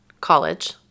college